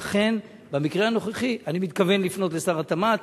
ואכן במקרה הנוכחי אני מתכוון לפנות לשר התמ"ת.